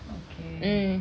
mm